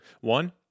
One